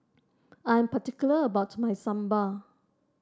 I am particular about my sambal